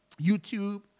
YouTube